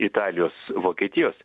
italijos vokietijos